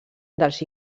dels